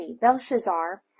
Belshazzar